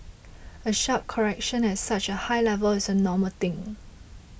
a sharp correction at such a high level is a normal thing